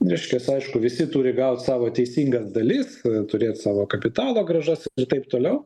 reiškias aišku visi turi gaut savo teisingas dalis turėt savo kapitalo grąžos ir taip toliau